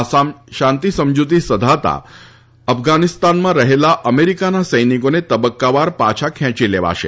આ શાંતિ સમજૂતી સધાતા અફઘાનિસ્તાનમાં રહેલા અમેરિકાના સૈનિકોને તબક્કાવાર પાછા ખેચી લેવાશે